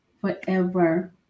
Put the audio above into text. forever